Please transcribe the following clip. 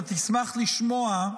אתה תשמח לשמוע,